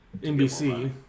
NBC